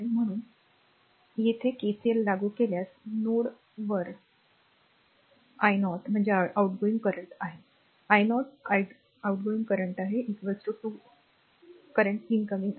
म्हणून r येथे KCL लागू केल्यासनोड a वर काय कॉल कराल मग r i 0 म्हणजे आउटगोइंग करंट आहे i 0 आउटगोइंग करंट आहे 2 currents incoming आहेत